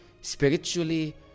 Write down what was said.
spiritually